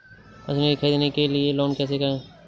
Machinery ख़रीदने के लिए लोन कैसे करें?